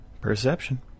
Perception